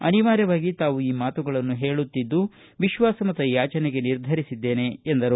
ಅನಿವಾರ್ಯವಾಗಿ ತಾವು ಈ ಮಾತುಗಳನ್ನು ಹೇಳುತ್ತಿದ್ದು ವಿಶ್ವಾಸಮತ ಯಾಜನೆಗೆ ನಿರ್ಧರಿಸಿದ್ದೇನೆ ಎಂದರು